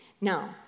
Now